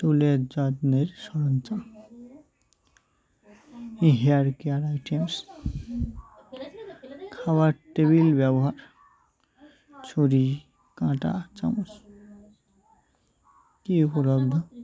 চুলের যত্নের সরঞ্জাম হেয়ার কেয়ার আইটেমস খাবার টেবিল ব্যবহার ছুরি কাঁটা চামচ কি উপলব্ধ